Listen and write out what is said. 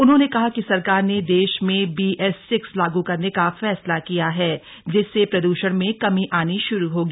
उन्होंने कहा कि सरकार ने देश में बीएस सिक्स लागू करने का फैसला किया है जिससे प्रद्वषण में कमी आनी श्रू होगी